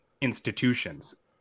institutions